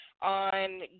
on